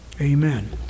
amen